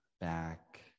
back